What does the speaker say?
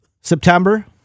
September